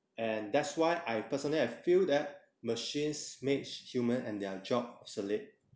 and that's why I personally I feel that machines makes humans and their job obsolete